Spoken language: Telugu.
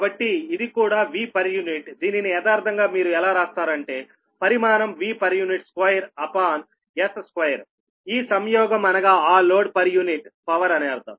కాబట్టి ఇది కూడా Vpu దీనిని యదార్ధంగా మీరు ఎలా రాస్తారు అంటే పరిమాణం 2 అప్ ఆన్ S2 ఈ సంయోగం అనగా ఆ లోడ్ పర్ యూనిట్ పవర్ అని అర్థం